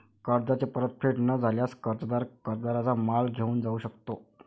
कर्जाची परतफेड न झाल्यास, कर्जदार कर्जदाराचा माल घेऊन जाऊ शकतो